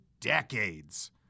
decades